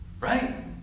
Right